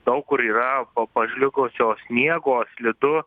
daug kur yra pažliugusio sniego slidu